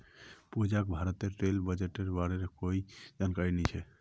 पूजाक भारतेर रेल बजटेर बारेत कोई जानकारी नी छ